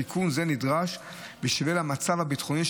תיקון זה נדרש בשל המצב הביטחוני,